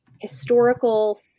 historical